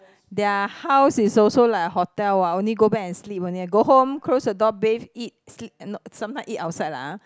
their house is also like a hotel what only go back and sleep only go home close the door bathe eat sleep no~ sometimes eat outside lah